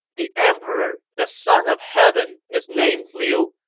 the emperor, the son of heaven, is named liu.